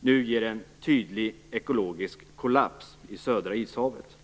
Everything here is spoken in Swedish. nu ger en tydlig ekologisk kollaps i södra Ishavet.